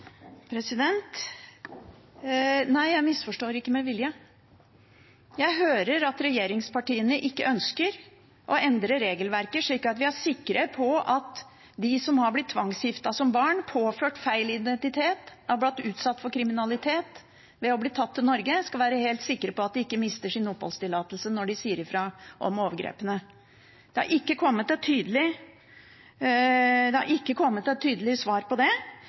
Nei, jeg misforstår ikke med vilje. Jeg hører at regjeringspartiene ikke ønsker å endre regelverket, slik at vi er sikre på at de som har blitt tvangsgiftet som barn, påført feil identitet og utsatt for kriminalitet ved å bli tatt til Norge, skal være helt sikre på at de ikke mister sin oppholdstillatelse når de sier ifra om overgrepene. Det har ikke kommet et tydelig svar på det – man skal vurdere, se på osv. Ja, men resultatet vet vi ikke noe om. Det